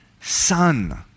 son